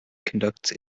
conducts